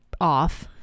off